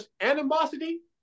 animosity